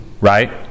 right